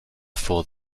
fool